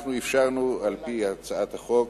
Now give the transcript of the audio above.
אנחנו אפשרנו, על-פי הצעת החוק,